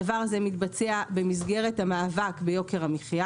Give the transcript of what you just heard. הדבר הזה מתבצע במסגרת המאבק ביוקר המחיה